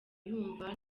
yumva